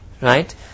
right